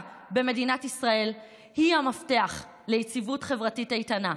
במדינת ישראל היא המפתח ליציבות חברתית איתנה,